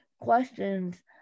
questions